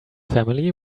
family